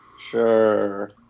Sure